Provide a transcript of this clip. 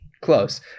Close